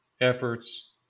efforts